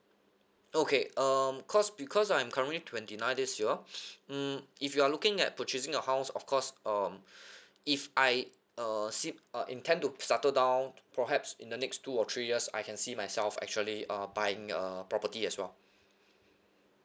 okay um cause because I'm currently twenty nine this year mm if you're looking at purchasing a house of course um if I uh see uh intend to settle down perhaps in the next two or three years I can see myself actually uh buying a property as well